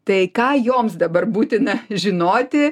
tai ką joms dabar būtina žinoti